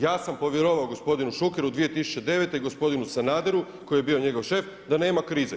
Ja sam povjerovao gospodinu Šukeru 2009. i gospodinu Sanaderu koji je bio njegov šef da nema krize.